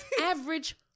average